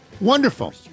Wonderful